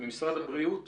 ממשרד הבריאות